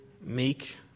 meek